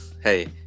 Hey